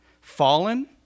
fallen